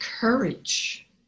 courage